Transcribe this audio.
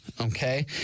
okay